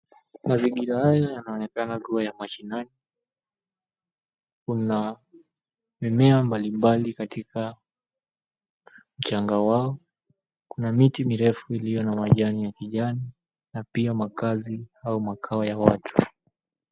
Mazingira haya yanaonekana kuwa ya mashinani. Kuna mimea mbalimbali katika mchanga wao. Kuna miti mirefu ilio na majani ya kijani na pia makazi au makao ya watu.